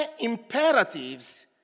imperatives